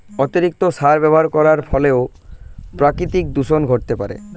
অতিরিক্ত সার ব্যবহার করার ফলেও প্রাকৃতিক দূষন ঘটতে পারে